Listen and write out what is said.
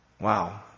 Wow